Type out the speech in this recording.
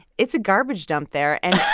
it's a garbage dump there. and.